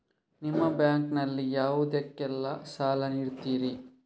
ನಿಮ್ಮ ಬ್ಯಾಂಕ್ ನಲ್ಲಿ ಯಾವುದೇಲ್ಲಕ್ಕೆ ಸಾಲ ನೀಡುತ್ತಿರಿ?